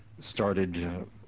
started